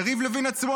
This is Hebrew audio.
יריב לוין עצמו,